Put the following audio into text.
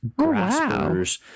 graspers